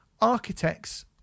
Architects